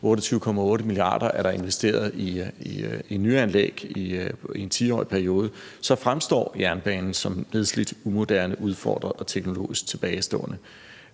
28,8 mia. kr. er der investeret i nyanlæg i en 10-årig periode – fremstår som nedslidt, umoderne, udfordret og teknologisk tilbagestående.